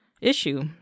issue